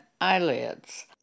eyelids